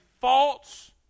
false